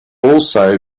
also